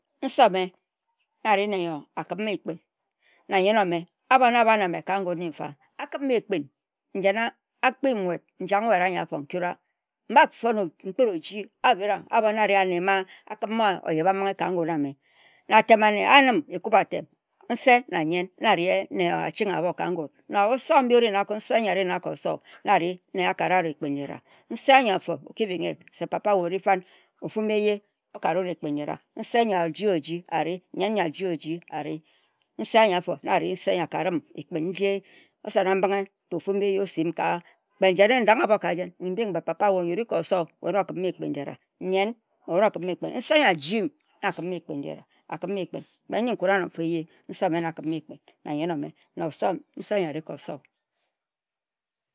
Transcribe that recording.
Nse ome na nyen-omeh na akarem ekpin. A-bo na a-bie na me ka ngun akariem ekpin, a-kpi-em nwut njen-na n-jak nwut a-nyi a-fo. N-fon oji nkpet oji, a-birah. A-boh na ari anne-ma akaram oyebam-binghe ka ngun a-meh, na atem-anne a-yen-m, ekub-atem nse na nyen na ari anne m-ma aching anne ka ngun, na osowo-nse n-yor ari-nna ka osor n-yor akar-awut ekpin-njira. Nse-a-yor a-for na-nki bing-hi-yee sie, papa we ori-fan, eh-ye akare-wut ekpin-nji-ra. Nse yor a-ji-a-oji ari, nyen yor a-ji-a-oji ari. Nse-a-yor-a fo na ari nse yor akarem ekpin nji oson-nambingha ta-osi ofu m-bi ehye ka kpe na-danga-bho ka-jen, mbing nse papa yor ari ka oso papa we na okarem ekpin-jira. Nyen, we na oka-m ekpin, nse yor a-ji-m na akarim ekpin-nji-ra. Kpe-n ji nkun-ano-fa ehye, nse yor a-ji-m na akari-m ekpin na osowo nse yor ari-ka oson.